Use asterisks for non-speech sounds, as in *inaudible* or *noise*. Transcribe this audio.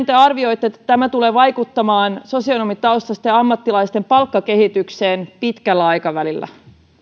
*unintelligible* te arvioitte että tämä tulee vaikuttamaan sosionomitaustaisten ammattilaisten palkkakehitykseen pitkällä aikavälillä